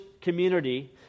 community